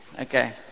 okay